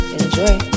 Enjoy